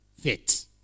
fit